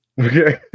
Okay